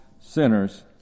sinners